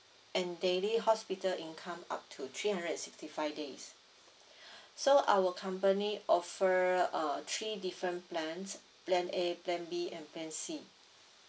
and daily hospital income up to three hundred and sixty five days so our company offer uh three different plans plan A plan B and plan C